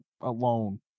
alone